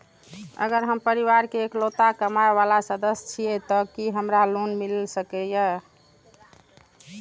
अगर हम परिवार के इकलौता कमाय वाला सदस्य छियै त की हमरा लोन मिल सकीए?